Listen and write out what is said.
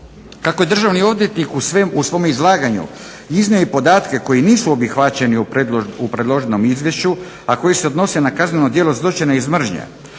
Kako je državni odvjetnik u svome izlaganju iznio i podatke koji nisu obuhvaćeni u predloženom izvješću, a koji se odnose na kazneno djelo zločina iz mržnje